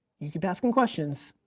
you keep asking questions,